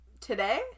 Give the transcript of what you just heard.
today